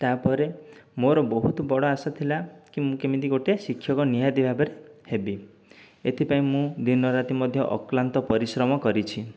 ତା'ପରେ ମୋର ବହୁତ ବଡ଼ ଆଶା ଥିଲା କି ମୁଁ କେମିତି ଗୋଟିଏ ଶିକ୍ଷକ ନିହାତି ଭାବରେ ହେବି ଏଥିପାଇଁ ମୁଁ ଦିନରାତି ମଧ୍ୟ ଅକ୍ଲାନ୍ତ ପରିଶ୍ରମ କରିଛି